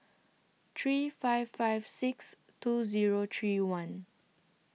three five five six two Zero three one